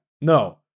No